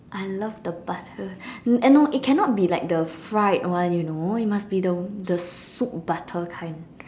I love the butter and no it cannot be like the fried one you know it must be the the soup butter kind